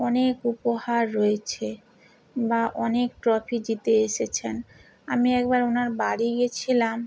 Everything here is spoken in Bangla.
অনেক উপহার রয়েছে বা অনেক ট্রফি জিতে এসেছেন আমি একবার ওনার বাড়ি গেছিলাম